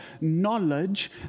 knowledge